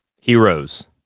Heroes